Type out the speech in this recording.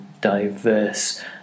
diverse